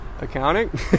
accounting